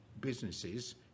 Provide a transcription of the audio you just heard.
businesses